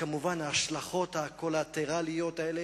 וכמובן ההשלכות הקולטרליות האלה,